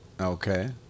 Okay